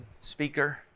speaker